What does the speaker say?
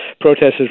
protesters